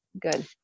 good